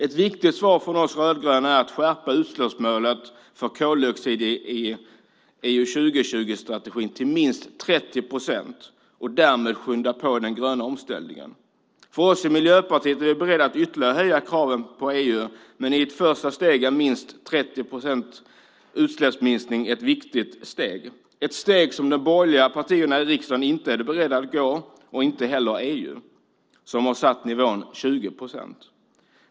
Ett viktigt svar från oss rödgröna är att man måste skärpa utsläppsmålet för koldioxid i EU 2020-strategin till minst 30 procent och därmed skynda på den gröna omställningen. Vi i Miljöpartiet är beredda att ytterligare höja kraven på EU, men i ett första steg är minst 30 procents utsläppsminskning ett viktigt steg. Det är ett steg som de borgerliga partierna i riksdagen inte är beredda att ta, och inte heller EU som har satt nivån till 20 procent.